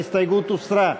ההסתייגות הוסרה.